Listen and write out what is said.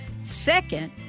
Second